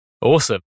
Awesome